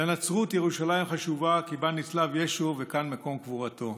לנצרות ירושלים חשובה כי בה נצלב ישו וכאן מקום קבורתו.